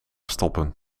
stoppen